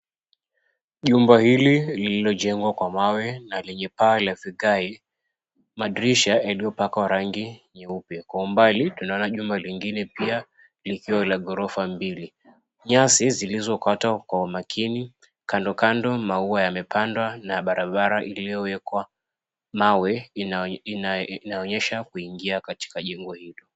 Jumba hili lililojengwa kwa mawe na 𝑙𝑒𝑛𝑦𝑒 paa la vigae. Madirisha yaliyopakwa rangi nyeupe. Kwa umbali, 𝑡𝑢𝑛𝑎𝑜𝑛𝑎 jumba lingine pia likiwa la ghorofa mbili. Nyasi zilizokata kwa umakini, kando kando maua yamepandwa, na barabara iliyowekwa mawe, 𝑖𝑛𝑎𝑜𝑛𝑦𝑒𝑠ℎ𝑎 kuingia katika jengo hilo.